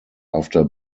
after